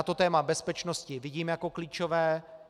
To téma bezpečnosti vidím jako klíčové.